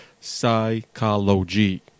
psychology